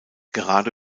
gerade